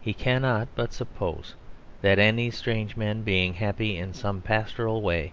he cannot but suppose that any strange men, being happy in some pastoral way,